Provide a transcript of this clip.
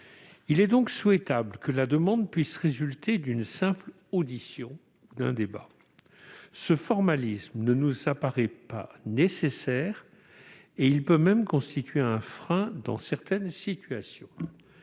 Il serait donc souhaitable que la demande puisse résulter d'une simple audition ou d'un débat. Ce formalisme ne nous apparaît pas nécessaire et peut même constituer un frein important dans certaines situations.